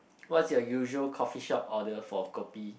what's your usual coffee shop order for Kopi